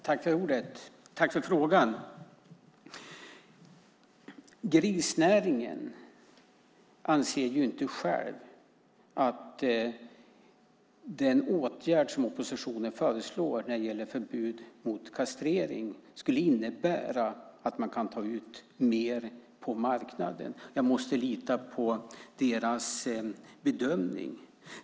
Herr talman! Tack för frågan! Inom grisnäringen anser man inte att den åtgärd som oppositionen föreslår när det gäller förbud mot kastrering skulle innebära att man kan ta ut mer på marknaden, och jag måste lita på deras bedömning.